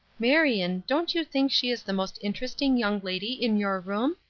marion, don't you think she is the most interesting young lady in your room?